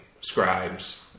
scribes